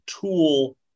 tool